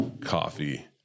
coffee